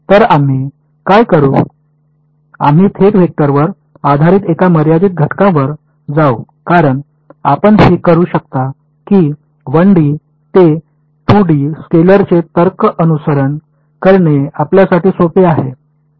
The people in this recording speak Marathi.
तर आम्ही काय करू आम्ही थेट वेक्टरवर आधारित एका मर्यादित घटकांवर जाऊ कारण आपण हे करू शकता की 1D ते 2D स्केलरचे तर्क अनुसरण करणे आपल्यासाठी सोपे आहे